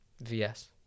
VS